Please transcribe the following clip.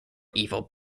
evil